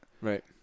Right